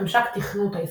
ממשק תכנות היישומים.